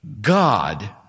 God